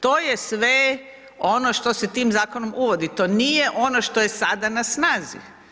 To je sve ono što se tim zakonom uvodi, to nije ono što je sada na snazi.